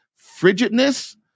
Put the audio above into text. frigidness